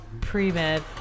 pre-med